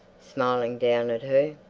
smiling down at her.